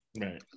Right